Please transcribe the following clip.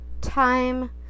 time